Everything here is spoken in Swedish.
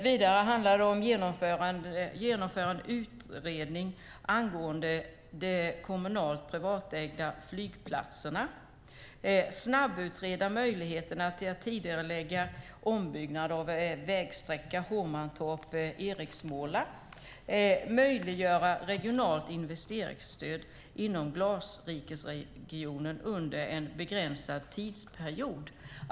Vidare handlar det om att genomföra en utredning angående de kommunalt/privat ägda flygplatserna, att snabbutreda möjligheterna att tidigarelägga en ombyggnad av vägsträckan Hovmantorp-Eriksmåla och att möjliggöra regionalt investeringsstöd inom glasrikeregionen under en begränsad tidsperiod.